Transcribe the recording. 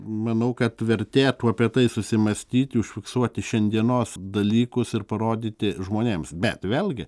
manau kad vertėtų apie tai susimąstyti užfiksuoti šiandienos dalykus ir parodyti žmonėms bet vėlgi